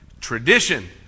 tradition